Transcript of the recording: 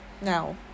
now